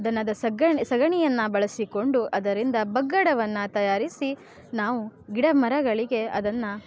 ದನದ ಸಗಣಿ ಸಗಣಿಯನ್ನು ಬಳಸಿಕೊಂಡು ಅದರಿಂದ ಬಗ್ಗಡವನ್ನು ತಯಾರಿಸಿ ನಾವು ಗಿಡ ಮರಗಳಿಗೆ ಅದನ್ನು